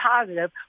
positive